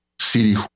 city